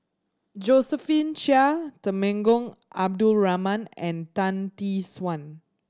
Josephine Chia Temenggong Abdul Rahman and Tan Tee Suan